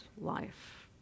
life